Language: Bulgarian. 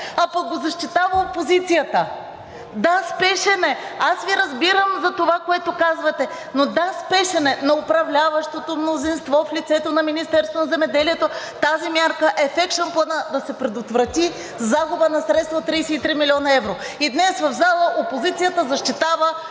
пък го защитава опозицията. Да, спешен е. Аз Ви разбирам за това, което казвате, но, да, спешен е. На управляващото мнозинство в лицето на Министерството на земеделието тази мярка е в екшън плана – да се предотврати загуба на средства от 33 млн. евро. И днес в залата опозицията защитава